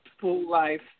full-life